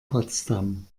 potsdam